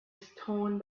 stone